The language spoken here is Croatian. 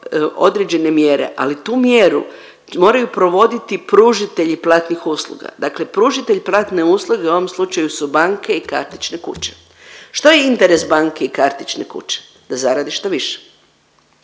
određene mjere ali tu mjeru moraju provoditi pružatelji platnih usluga. Dakle pružatelj platne usluge u ovom slučaju su banke i kartične kuće. Što je interes banke i kartične kuće? Da zarade što više.